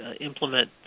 implement